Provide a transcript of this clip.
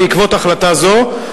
בעקבות החלטה זו,